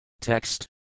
Text